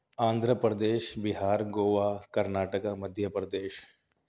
Andhra Pradesh Bihar Goa Karnataka Madhya Pradesh